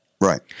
Right